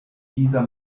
dieser